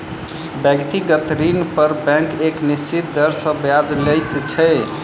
व्यक्तिगत ऋण पर बैंक एक निश्चित दर सॅ ब्याज लैत छै